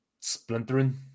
splintering